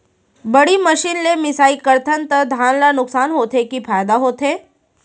बड़ी मशीन ले मिसाई करथन त धान ल नुकसान होथे की फायदा होथे?